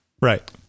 Right